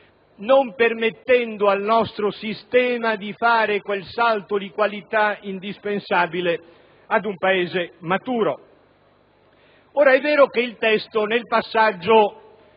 non permettendo al nostro sistema di fare quel salto di qualità indispensabile ad un Paese maturo. È vero che il testo, nel passaggio